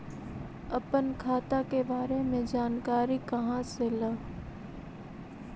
अपन खाता के बारे मे जानकारी कहा से ल?